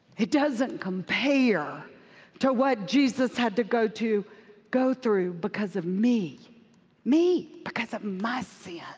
it doesn't compare to what jesus had to go to go through because of me me, because of my sin.